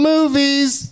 Movies